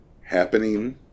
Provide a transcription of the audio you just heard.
happening